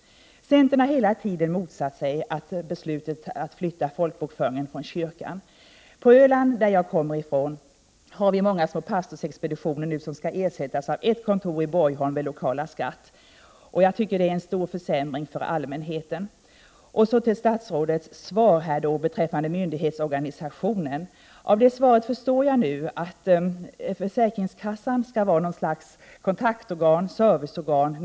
Centern har hela tiden motsatt sig beslutet att flytta folkbokföringen från kyrkan. På Öland, som jag kommer ifrån, har vi många små pastorsexpeditioner som nu skall ersättas av ett kontor i Borgholm vid lokala skattemyndigheten. Jag tycker att det är en stor försämring för allmänheten. Av statsrådets svar beträffande myndighetsorganisationen förstår jag nu att försäkringskassan skall medverka som något slags kontaktoch serviceorgan.